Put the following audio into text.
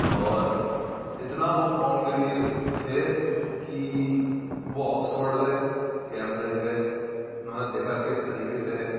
اور اتنا وہ قوم کے لیے تھے کہ وہ آكسفورڈ گئے كیمبرج گئے اُنہوں نے دیكھا كس طریقے سے